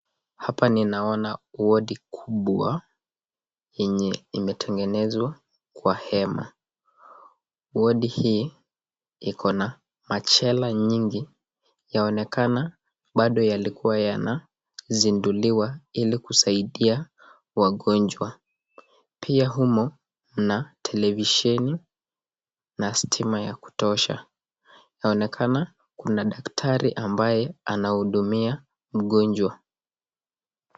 Hapa ninaona wodi kubwa yenye imetengenezwa kwa hema. Wodi hii iko na machela nyingi. Yaonekana bado yalikuwa yanazinduliwa ili kusaidia wagonjwa. Pia humo mna televisheni na stima ya kutosha. Yaonekana kuna daktari ambaye anahudumia mgonjwa.